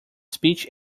speech